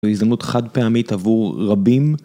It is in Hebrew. זו הזדמנות חד פעמית עבור רבים.